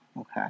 Okay